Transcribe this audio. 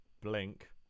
Blink